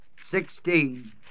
Sixteen